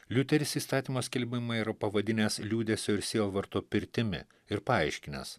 liuteris įstatymo skelbimą yra pavadinęs liūdesio ir sielvarto pirtimi ir paaiškinęs